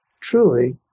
truly